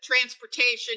transportation